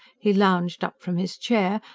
he lounged up from his chair,